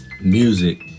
music